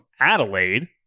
Adelaide